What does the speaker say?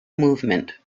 movement